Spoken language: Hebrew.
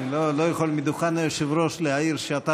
אני לא יכול מדוכן היושב-ראש להעיר שאתה